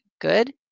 good